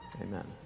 Amen